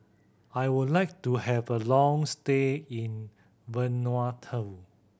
I would like to have a long stay in Vanuatu